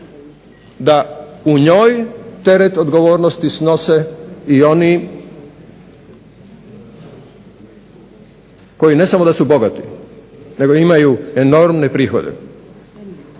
da u njoj teret odgovornosti snose i oni koji ne samo da su bogati nego imaju enormne prihode.